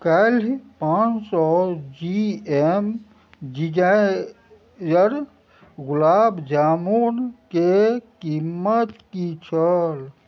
काल्हि पाँच सए जी एम जिजाइयर गुलाब जामुनके कीमत की छल